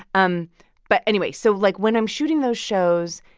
um but anyway, so, like, when i'm shooting those shows,